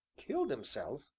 killed himself!